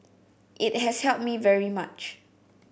it has helped me very much